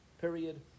period